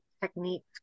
techniques